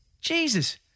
Jesus